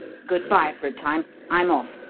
good-bye for a time. i'm off.